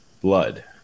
blood